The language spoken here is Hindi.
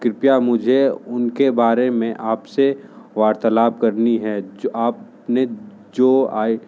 कृपया मुझे उनके बारे में आप से वार्तालाप करनी है जो आपने जो आई